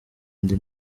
indi